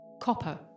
copper